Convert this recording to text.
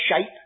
shape